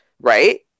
right